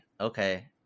okay